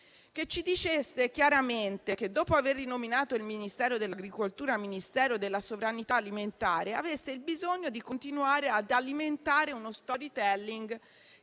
che ci diceste chiaramente che, dopo aver rinominato il Ministero dell'agricoltura Ministero della sovranità alimentare, avevate il bisogno di continuare ad alimentare uno *storytelling*